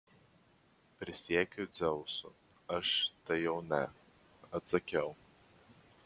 prisiekiu dzeusu aš tai jau ne atsakiau